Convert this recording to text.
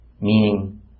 meaning